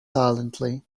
silently